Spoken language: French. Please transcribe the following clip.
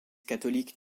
catholique